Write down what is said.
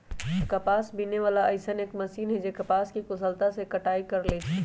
कपास बीने वाला अइसन एक मशीन है जे कपास के कुशलता से कटाई कर लेई छई